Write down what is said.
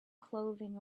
clothing